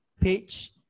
page